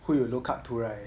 who you look up to right